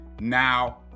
Now